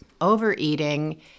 overeating